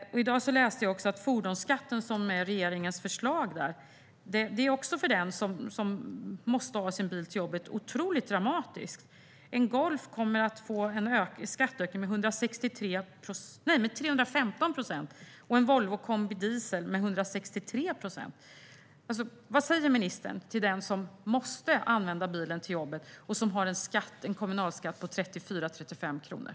I dag läste jag att fordonsskatten, som är regeringens förslag, blir otroligt dramatisk för den som måste ta sin bil till jobbet. En Golf kommer att få en skatteökning med 315 procent och en dieseldriven Volvo-kombi med 163 procent. Vad säger ministern till den som måste använda bilen till jobbet och som har en kommunalskatt på 34-35 kronor?